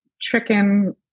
chicken